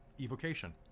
evocation